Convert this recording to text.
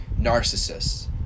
narcissists